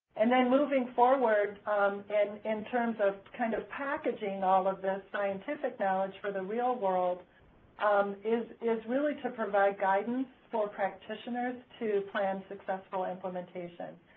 and then moving forward and in terms of kind of packaging all of this scientific knowledge for the real world um is is really to provide guidance for practitioners to plan successful implementations,